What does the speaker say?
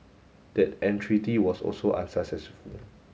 that entreaty was also unsuccessful